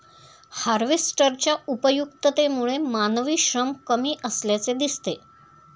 हार्वेस्टरच्या उपयुक्ततेमुळे मानवी श्रम कमी असल्याचे दिसते